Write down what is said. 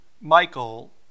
Michael